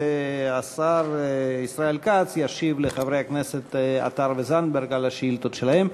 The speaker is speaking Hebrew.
והשר ישראל כץ ישיב לחברי הכנסת עטר וזנדברג על השאילתות שלהם,